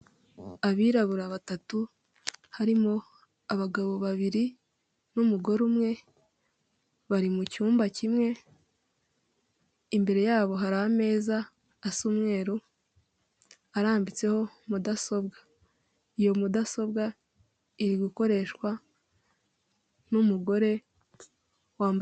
Abirabura batatu, harimo abagabo babiri n'umugore umwe, bari mu cyumba kimwe, imbere yabo hari ameza asa umweru arambitseho mudasobwa, iyo mudasobwa iri gukoreshwa n'umugore wambaye